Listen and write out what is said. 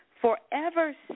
forever